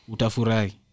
Utafurai